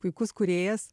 puikus kūrėjas